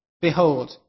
Behold